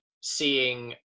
seeing